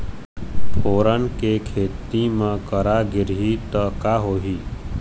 फोरन के खेती म करा गिरही त का होही?